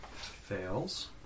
fails